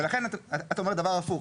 ולכן, את אומרת דבר הפוך.